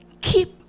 keep